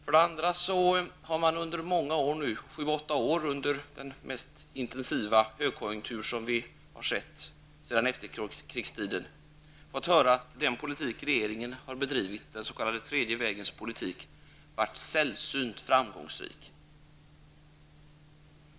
För det andra har man under många år, sju--åtta år, under den mest intensiva högkonjunktur som vi har sett sedan efterkrigstiden, fått höra att den politik som regeringen har bedrivit, den s.k. tredje vägens politik, har varit sällsynt framgångsrik.